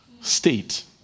state